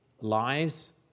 lives